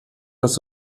das